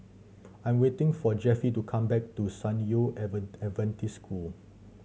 I'm waiting for Jeffie to come back to San Yu Adventist School